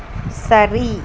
சரி